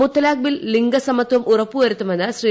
മുത്തലാഖ് bill ലിംഗസമത്വം ഉറപ്പുവരുത്തുമെന്ന് ശ്രീ